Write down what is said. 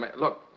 Look